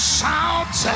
Shout